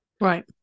Right